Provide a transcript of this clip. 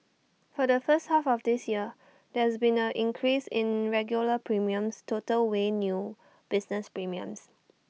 for the first half of this year there has been A decrease in regular premiums total weighed new business premiums